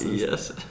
yes